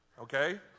okay